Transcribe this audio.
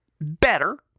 better